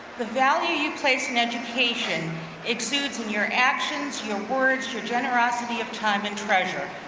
the value you place in education exudes in your actions, your words, your generosity of time and treasure.